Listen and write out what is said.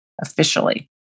officially